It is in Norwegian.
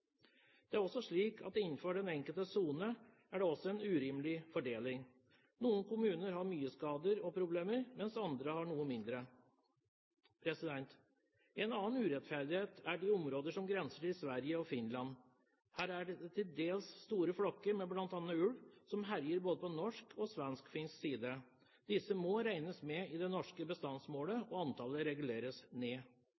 Det er også slik at innenfor den enkelte sone er det også en urimelig fordeling. Noen kommuner har mye skader og problemer, mens andre har noe mindre. En annen urettferdighet gjelder de områdene som grenser til Sverige og Finland. Her er det til dels store flokker med bl.a. ulv som herjer både på norsk og svensk-finsk side. Disse må regnes med i det norske bestandsmålet,